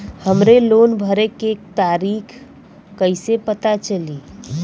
हमरे लोन भरे के तारीख कईसे पता चली?